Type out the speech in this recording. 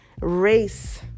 race